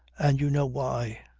and you know why.